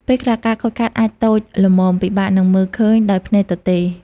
ពេលខ្លះ ការខូចខាតអាចតូចល្មមពិបាកនឹងមើលឃើញដោយភ្នែកទទេ។